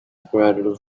quarrel